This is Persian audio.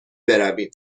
برویم